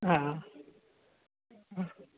हा हा